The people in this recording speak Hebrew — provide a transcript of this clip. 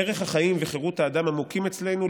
ערך החיים וחירות האדם עמוקים אצלנו,